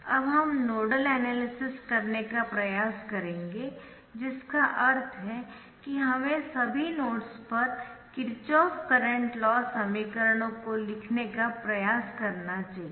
अब हम nodal analysis करने का प्रयास करेंगे जिसका अर्थ है कि हमें सभी नोड्स पर किरचॉफ करंट लॉ समीकरणों को लिखने का प्रयास करना चाहिए